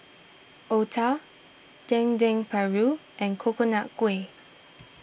Otah Dendeng Paru and Coconut Kuih